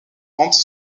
rente